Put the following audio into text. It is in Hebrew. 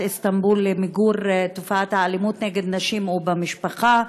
איסטנבול למיגור תופעת האלימות נגד נשים ובמשפחה,